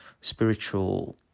spiritual